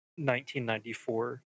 1994